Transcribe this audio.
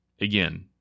again